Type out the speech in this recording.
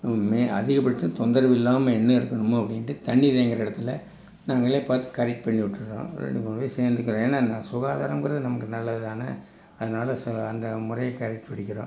இனிமே அதிகபட்சம் தொந்தரவு இல்லாமல் என்ன இருக்கணுமா அப்படின்ட்டு தண்ணி தேங்குகிற இடத்துல நாங்களே பத்து கரெக்ட் பண்ணி விட்டுறோம் ரெண்டு மூணு பேர் சேர்ந்துக்கிறோம் ஏன்னா சுகாதாரம்ங்கிறது நமக்கு நல்லது தானே அதனால அந்த முறையை கடைபிடிக்கிறோம்